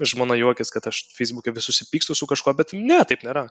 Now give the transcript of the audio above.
žmona juokias kad aš feisbuke vis susipykstu su kažkuo bet ne taip nėra